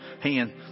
hand